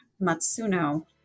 Matsuno